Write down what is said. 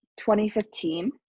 2015